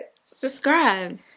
Subscribe